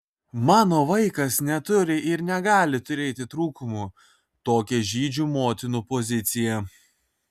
mano vaikas neturi ir negali turėti trūkumų tokia žydžių motinų pozicija